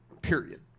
period